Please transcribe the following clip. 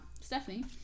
Stephanie